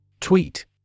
Tweet